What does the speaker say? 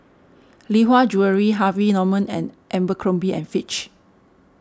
Lee Hwa Jewellery Harvey Norman and Abercrombie and Fitch